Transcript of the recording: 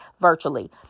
virtually